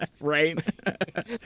Right